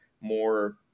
more